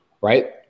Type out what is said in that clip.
right